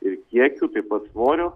ir kiekių taip pat svorių